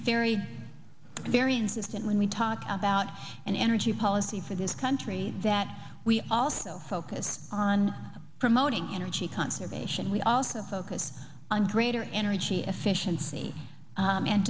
very very insistent when we talk about an energy policy for this country that we also focus on promoting energy conservation we also focus on greater energy efficiency